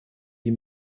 die